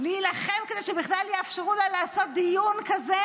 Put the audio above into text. להילחם כדי שבכלל יאפשרו לה לעשות דיון כזה,